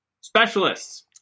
Specialists